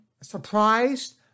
surprised